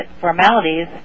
formalities